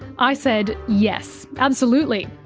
i said yes, absolutely.